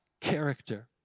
character